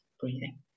breathing